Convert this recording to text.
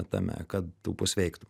tame kad tu pasveiktum